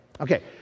Okay